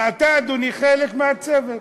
ואתה, אדוני, חלק מהצוות.